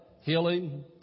healing